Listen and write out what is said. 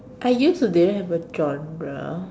I used to don't have a genre